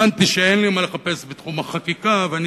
הבנתי שאין לי מה לחפש בתחום החקיקה ואני